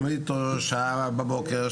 לומד אתו שעה בבוקר,